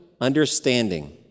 understanding